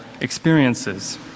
experiences